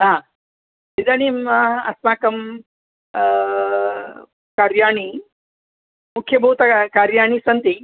हा इदानीम् अस्माकं कार्याणि मुख्यभूतकार्याणि सन्ति